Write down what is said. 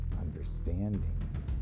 understanding